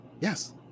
Yes